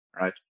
right